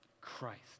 Christ